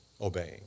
obeying